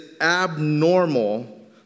abnormal